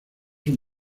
son